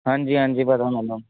ਹਾਂਜੀ ਹਾਂਜੀ ਪਤਾ ਮੈਨੂੰ